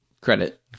credit